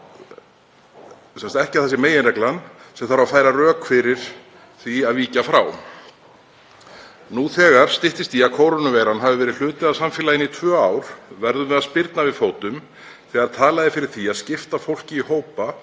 Ekki að það sé meginreglan sem þarf að færa rök fyrir því að víkja frá. Nú þegar styttist í að kórónuveiran hafi verið hluti af samfélaginu í tvö ár verðum við að spyrna við fótum þegar talað er fyrir því að skipta fólki í hópa